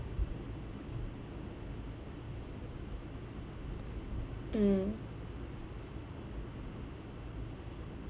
mm